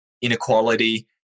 inequality